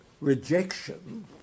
rejection